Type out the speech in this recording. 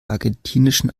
argentinischen